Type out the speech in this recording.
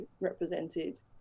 represented